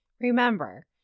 Remember